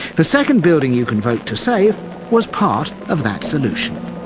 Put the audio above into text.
the second building you can vote to save was part of that solution.